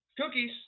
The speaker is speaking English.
Cookies